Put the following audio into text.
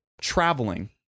traveling